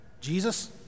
Jesus